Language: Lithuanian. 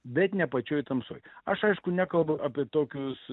bet ne pačioj tamsoj aš aišku nekalbu apie tokius